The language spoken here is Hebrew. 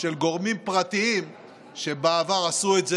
של גורמים פרטיים שבעבר עשו את זה,